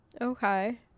Okay